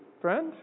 friend